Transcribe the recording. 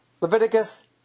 Leviticus